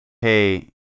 hey